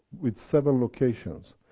with several locations.